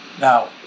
Now